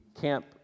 camp